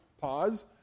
Pause